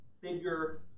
bigger